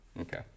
Okay